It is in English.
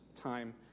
time